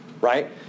right